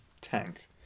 tanked